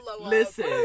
Listen